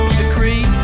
decree